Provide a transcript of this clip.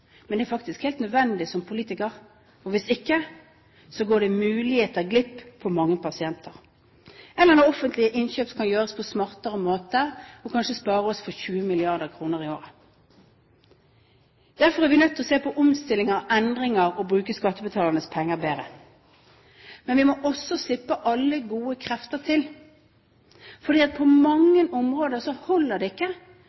men det er faktisk helt nødvendig for en politiker. Hvis ikke går mange pasienter glipp av muligheter. Eller offentlige innkjøp kan gjøres på smartere måter og kanskje spare oss for 20 mrd. kr i året. Derfor er vi nødt til å se på omstilling og endringer og bruke skattebetalernes penger bedre. Men vi må også slippe alle gode krefter til, for på